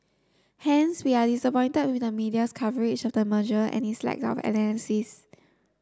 hence we are disappointed with the media's coverage of the merger and its lack of analysis